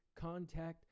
contact